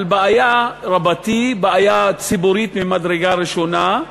על בעיה רבתי, בעיה ציבורית ממדרגה ראשונה,